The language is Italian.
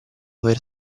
aver